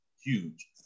huge